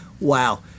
Wow